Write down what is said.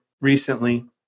recently